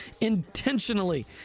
intentionally